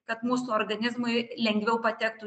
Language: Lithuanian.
kad mūsų organizmui lengviau patektų